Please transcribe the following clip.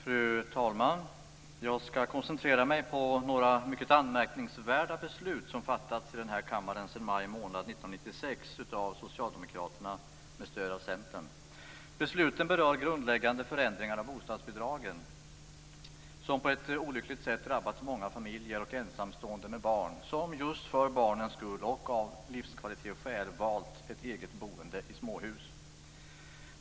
Fru talman! Jag skall koncentrera mig på några mycket anmärkningsvärda beslut som fattats i den här kammaren sedan maj 1996 av Socialdemokraterna med stöd av Centern. Besluten berör grundläggande förändringar av bostadsbidragen som på ett olyckligt sätt drabbat många familjer och ensamstående med barn, som just för barnens skull och av livskvalitetsskäl valt ett eget boende i småhus.